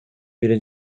бири